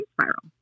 spiral